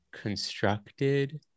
constructed